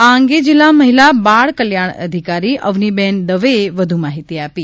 આ અંગે જિલ્લા મહિલા અને બાળ કલ્યાણ અધિકારી અવની બેન દવેએ વધુ માહિતી આપી હતી